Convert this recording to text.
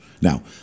Now